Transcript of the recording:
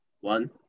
One